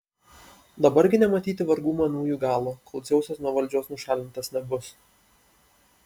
dabar gi nematyti vargų manųjų galo kol dzeusas nuo valdžios nušalintas nebus